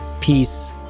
peace